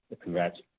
Congrats